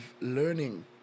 learning